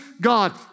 God